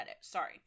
Sorry